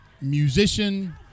musician